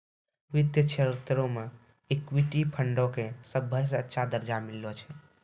वित्तीय क्षेत्रो मे इक्विटी फंडो के सभ्भे से अच्छा दरजा मिललो छै